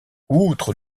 outre